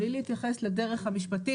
בלי להתייחס לדרך המשפטית,